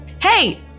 Hey